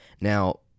Now